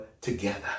together